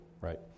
right